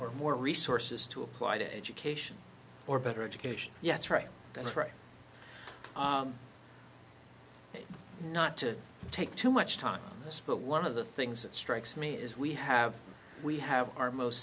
or more resources to apply to education or better education yes right that's right not to take too much time on this but one of the things that strikes me is we have we have our most